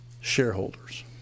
shareholders